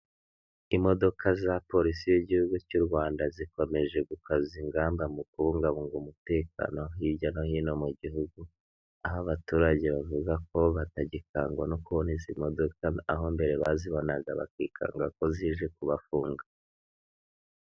Imodoka za polisi y'igihugu cy'u Rwanda, zikomeje gukaza ingamba mu kubungabunga umutekano hirya no hino mu gihugu, aho abaturage bavuga ko batagikangwa no kubona izi modoka, aho mbere bazibonaga bakikanga ko zije kubafunga.